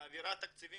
שמעבירה תקציבים